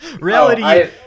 Reality